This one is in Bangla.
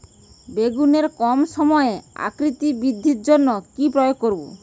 বেগুনের কম সময়ে আকৃতি বৃদ্ধির জন্য কি প্রয়োগ করব?